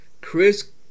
Chris